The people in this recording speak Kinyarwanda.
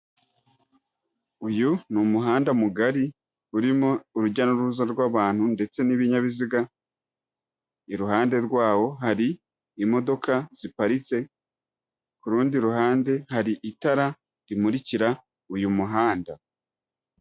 Uyu ni umuhanda mugari, urimo urujya n'uruza rw'abantu ndetse n'ibinyabiziga, iruhande rwawo hari imodoka ziparitse, ku rundi ruhande hari itara rimurikira uyu muhanda.